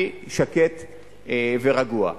אני שקט ורגוע.